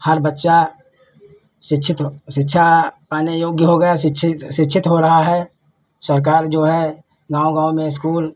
हर बच्चा शिक्षित हो शिक्षा पाने योग्य हो गया शिक्षित शिक्षित हो रहा है सरकार जो है गाँव गाँव में स्कूल